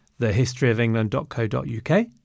thehistoryofengland.co.uk